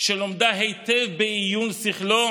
"שלומדה היטב בעיון שכלו